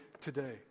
today